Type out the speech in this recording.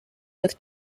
with